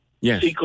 Yes